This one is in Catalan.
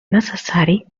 necessari